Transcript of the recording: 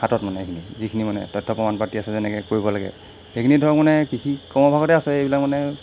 হাতত মানে সেইখিনি যিখিনি মানে তথ্য প্ৰমাণ পাতি আছে যেনেকৈ কৰিব লাগে সেইখিনি ধৰক মানে কৃষি কৰ্মভাগতে আছে এইবিলাক মানে